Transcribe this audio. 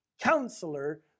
Counselor